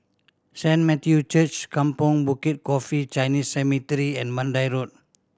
Saint Matthew Church Kampong Bukit Coffee Chinese Cemetery and Mandai Road